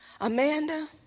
Amanda